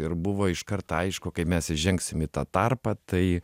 ir buvo iškart aišku kai mes įžengsim į tą tarpą tai